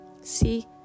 See